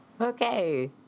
Okay